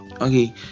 okay